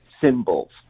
symbols